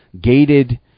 gated